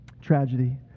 tragedy